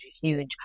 huge